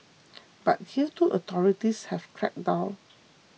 but here too authorities have cracked down